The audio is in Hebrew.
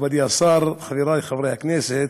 מכובדי השר, חברי חברי הכנסת,